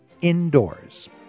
indoors